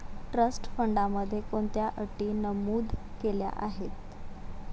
Trust फंडामध्ये कोणत्या अटी नमूद केल्या आहेत?